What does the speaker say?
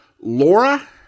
Laura